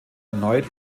erneut